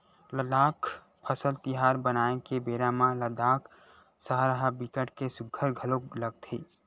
लद्दाख फसल तिहार मनाए के बेरा म लद्दाख सहर ह बिकट के सुग्घर घलोक लगथे